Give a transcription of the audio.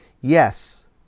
yes